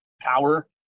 power